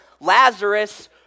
Lazarus